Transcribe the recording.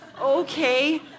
okay